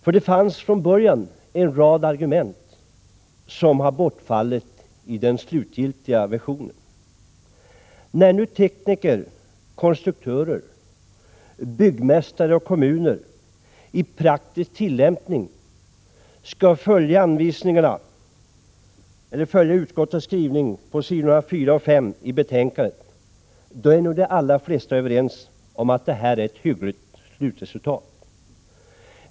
Det fanns nämligen från början en rad argument som har bortfallit i den slutgiltiga versionen. När nu tekniker, konstruktörer, byggmästare och kommuner i praktisk tillämpning skall följa utskottets skrivning på s. 4 och 5 i betänkandet är nog de allra flesta överens om att det är ett hyggligt slutresultat.